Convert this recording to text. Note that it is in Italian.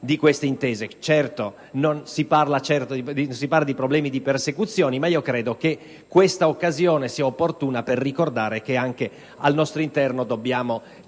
delle stesse. Certo, non si parla di problemi di persecuzione ma credo che questa occasione sia opportuna per ricordare che, anche al nostro interno, dobbiamo